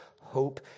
Hope